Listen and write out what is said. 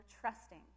trusting